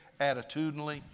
attitudinally